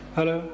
Hello